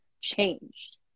changed